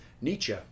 Nietzsche